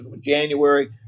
January